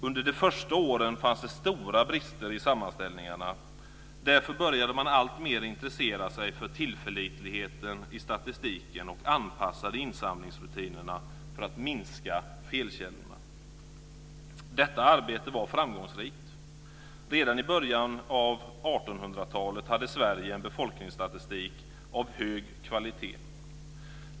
Under de första åren fanns det stora brister i sammanställningarna. Därför började man alltmer intressera sig för tillförlitligheten i statistiken, och anpassade insamlingsrutinerna för att minska felkällorna. Detta arbete var framgångsrikt. Redan i början av 1800-talet hade Sverige en befolkningsstatistik av hög kvalitet.